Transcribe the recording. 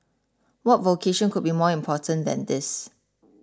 what vocation could be more important than this